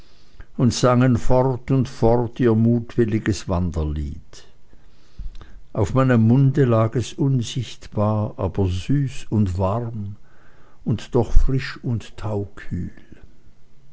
und sangen fort und fort ihr mutwilliges wanderlied auf meinem munde lag es unsichtbar aber süß und warm und doch frisch und taukühl